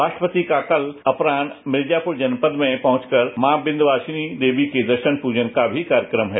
राष्ट्रपति का कल अपराह मिर्जापुर जनपद में पहुंच कर मां विध्यवासिनी देवी के दर्शन पूजन का भी कार्यक्रम है